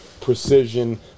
precision